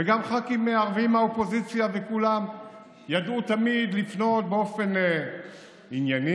וגם ח"כים ערבים מהאופוזיציה וכולם ידעו תמיד לפנות באופן ענייני